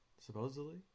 Supposedly